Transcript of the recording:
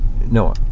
No